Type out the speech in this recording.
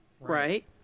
Right